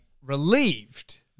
Relieved